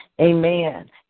Amen